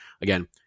Again